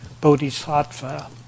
Bodhisattva